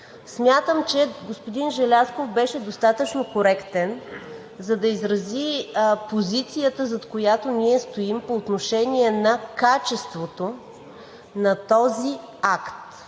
Смятам, че господин Желязков беше достатъчно коректен, за да изрази позицията, зад която ние стоим по отношение на качеството на този акт.